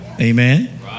Amen